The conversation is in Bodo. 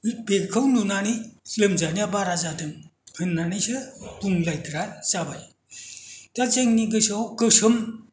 बेखौ नुनानै लोमजानाया बारा जादों होननानैसो बुंलायग्रा जाबाय दा जोंनि गोसोआव गोसोम